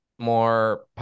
more